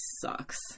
sucks